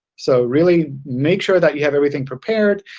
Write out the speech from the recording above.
so really make sure that you have everything prepared,